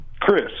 Chris